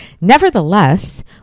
Nevertheless